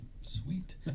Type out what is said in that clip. sweet